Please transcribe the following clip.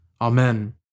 Amen